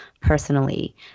personally